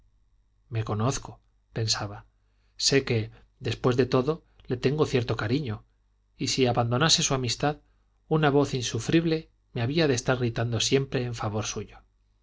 me conozco pensaba sé que después de todo le tengo cierto cariño y si abandonase su amistad una voz insufrible me había de estar gritando siempre en favor suyo